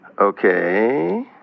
Okay